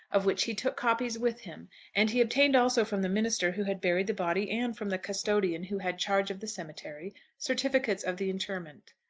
of which he took copies with him and he obtained also from the minister who had buried the body and from the custodian who had charge of the cemetery certificates of the interment.